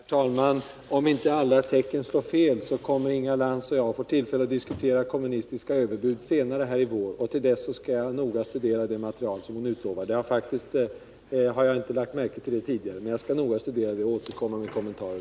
Herr talman! Om inte alla tecken slår fel får Inga Lantz och jag tillfälle att diskutera kommunistiska överbud flera gånger i vår. Till dess skall jag noga studera det material som Inga Lantz talar om. Jag har inte haft tillgång till det tidigare. Jag ber alltså att få återkomma med kommentarer.